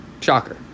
Shocker